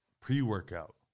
pre-workout